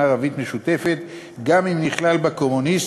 ערבית משותפת גם אם נכלל בה קומוניסט,